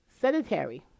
sedentary